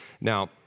Now